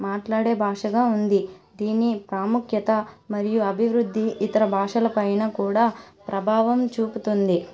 మాట్లాడే భాషగా ఉంది దీని ప్రాముఖ్యత మరియు అభివృద్ధి ఇతర భాషల పైన కూడా ప్రభావం చూపుతుంది